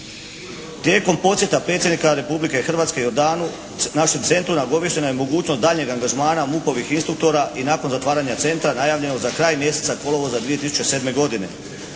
Tijekom posjeta predsjednika Republike Hrvatske Jordanu našem centru nagoviještena je daljnja mogućnost angažmana MUP-ovih instruktora i nakon zatvaranja centra najavljenog za kraj mjeseca kolovoza 2007. godine.